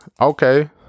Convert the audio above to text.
okay